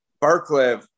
Barclay